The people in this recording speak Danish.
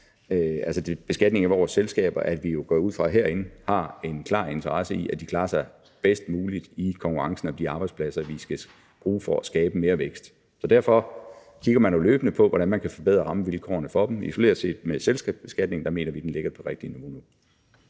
set handler om, at vi herinde – går jeg ud fra – har en klar interesse i, at de klarer sig bedst muligt i konkurrencen om de arbejdspladser, vi skal bruge for at skabe mere vækst. Så derfor kigger man jo løbende på, hvordan man kan forbedre rammevilkårene for dem. Hvad angår selskabsbeskatningen isoleret set, så mener vi, den ligger på det rigtige niveau nu.